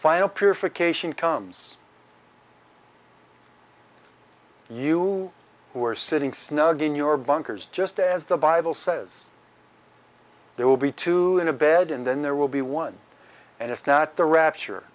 final purification comes you who are sitting snug in your bunkers just as the bible says there will be two in a bed and then there will be one and it's not the rapture